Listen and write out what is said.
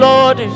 Lord